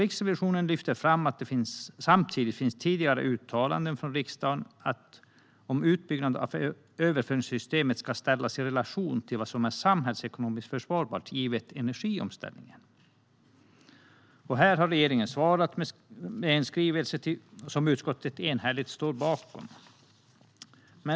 Riksrevisionen lyfter fram att det samtidigt finns tidigare uttalanden från riksdagen om att utbyggnaden av överföringssystemet ska ställas i relation till vad som är samhällsekonomiskt försvarbart givet energiomställningen. Här har regeringen svarat med en skrivelse som utskottet enhälligt står bakom.